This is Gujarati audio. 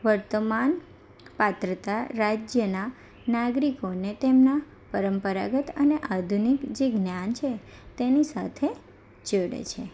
વર્તમાન પાત્રતા રાજ્યનાં નાગરિકોને તેમના પરંપરાગત અને આધુનિક જે જ્ઞાન છે તેની સાથે જોડે છે